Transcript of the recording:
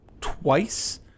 twice